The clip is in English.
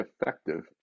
effective